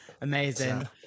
Amazing